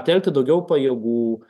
telkti daugiau pajėgų